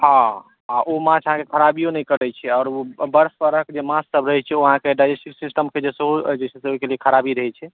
हँ ओ माछ अहाँके खराबियो नहि करै छै आओर ओ बर्फ परहक जे माछसभ रहै छै ओ अहाँके डाइजेस्टिव सिस्टम के जे छै से सेहो खराबी रहै छै